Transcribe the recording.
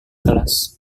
kelas